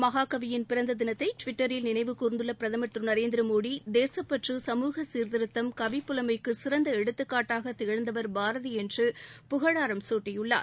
மகாகவியின் பிறந்த தினத்தை டுவிட்டரில் நினைவு கூர்ந்துள்ள பிரதமர் திரு நநரேந்திரமோடி தேசப்பற்று சமூக சீர்திருத்தம் கவிப்புலமைக்கு சிறந்த எடுத்துகாட்டாக திகழ்ந்தவர் பாரதி என்று புகழாரம் சூட்டியுள்ளார்